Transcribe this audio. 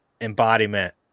embodiment